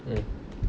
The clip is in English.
mm